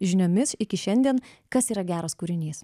žiniomis iki šiandien kas yra geras kūrinys